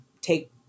take